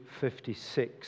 56